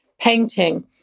painting